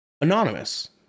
Anonymous